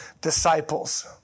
disciples